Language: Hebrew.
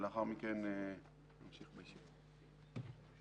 ולאחר מכן נמשיך הישיבה.